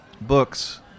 books